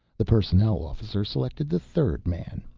the personnel officer selected the third man,